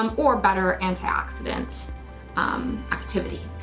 um or better antioxidant um activity.